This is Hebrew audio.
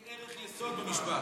זה ערך יסוד במשפט, חף מפשע.